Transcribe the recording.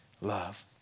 love